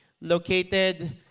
located